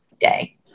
day